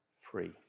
free